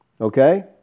Okay